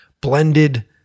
blended